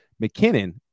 McKinnon